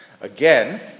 again